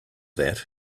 that